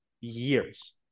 years